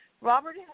Robert